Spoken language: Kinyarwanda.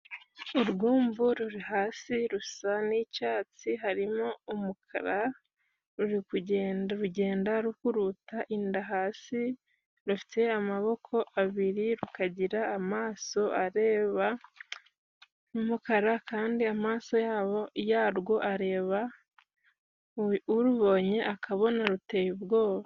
Urwumvu ruri hasi rusa n'icyatsi harimo umukara, ruri kugenda urugenda rukuruta inda hasi rufite amaboko abiri rukagira amaso areba n umukara kandi amaso yarwo areba urubonye akabona ruteye ubwoba.